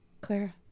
Clara